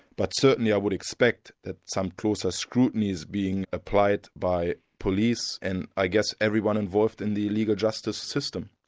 but certainly i would expect that some closer scrutiny is being applied by police and i guess everyone involved in the legal justice system.